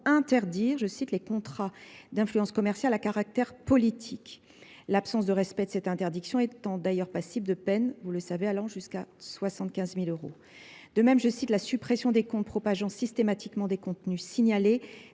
interdire « les contrats d’influence commerciale à caractère politique ». Vous le savez, l’absence de respect de cette interdiction est d’ailleurs passible de peines allant jusqu’à 75 000 euros. De même, « la suppression des comptes propageant systématiquement des contenus signalés